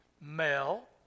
Male